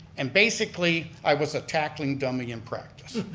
and basically i was a tackling dummy in practice.